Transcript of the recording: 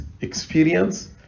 experience